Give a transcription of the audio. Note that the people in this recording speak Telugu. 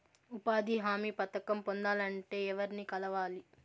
ఉపాధి హామీ పథకం పొందాలంటే ఎవర్ని కలవాలి?